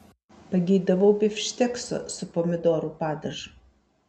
pageidavau bifštekso su pomidorų padažu